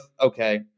okay